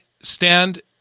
stand